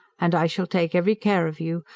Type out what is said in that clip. and i shall take every care of you.